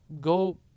go